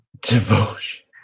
Devotion